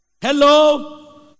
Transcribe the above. Hello